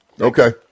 Okay